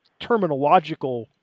terminological